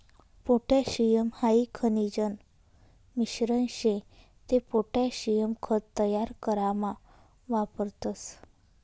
potassium हाई खनिजन मिश्रण शे ते पोटॅशियम खत तयार करामा वापरतस